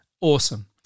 Awesome